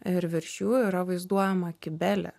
ir virš jų yra vaizduojama kibelė